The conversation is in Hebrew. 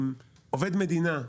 עובד מדינה,